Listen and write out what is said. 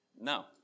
No